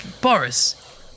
Boris